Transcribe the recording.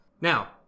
Now